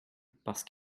parce